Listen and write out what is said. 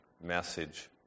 message